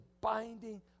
binding